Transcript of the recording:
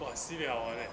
!wah! si miao ah that